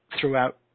throughout